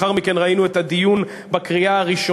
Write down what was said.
אני אמרתי את העובדות,